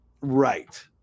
right